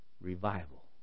Revival